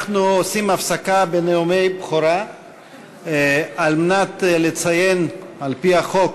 אנחנו עושים הפסקה בנאומי הבכורה על מנת לציין על-פי החוק